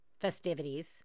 festivities